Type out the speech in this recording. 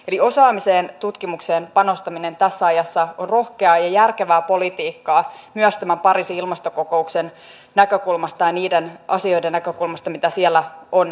eli osaamiseen tutkimukseen panostaminen tässä ajassa on rohkeaa ja järkevää politiikkaa myös tämän pariisin ilmastokokouksen näkökulmasta ja niiden asioiden näkökulmasta mitä siellä on viikonloppuna saavutettu